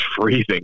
freezing